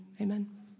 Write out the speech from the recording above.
amen